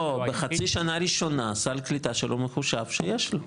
לא, בחצי שנה ראשונה, סל קליטה שלו מחושב שיש לו.